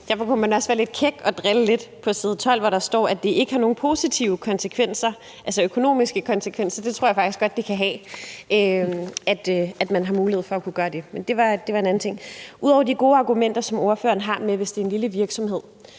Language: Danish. Derfor kunne man også være lidt kæk og drille lidt. På side 12 står der, at det ikke har nogen positive konsekvenserne, altså økonomiske konsekvenser. Det tror jeg faktisk godt det kan have, i forhold til at man har mulighed for at kunne gøre det – men det var en anden ting. Ud over de gode argumenter, som ordføreren har, i forhold til at det er en lille virksomhed,